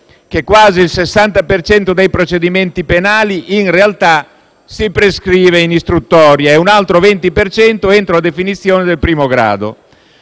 che quasi il 60 per cento dei procedimenti penali in realtà si prescrive in istruttoria, mentre un altro 20 per cento entro la definizione del primo grado.